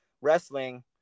wrestling